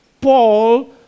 paul